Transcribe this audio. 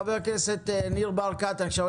חבר הכנסת ניר ברקת, בבקשה.